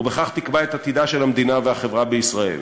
ובכך תקבע את עתידה של המדינה והחברה בישראל".